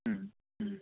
മ്മ് മ്മ്